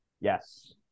Yes